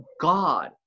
God